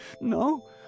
No